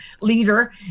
leader